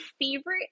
favorite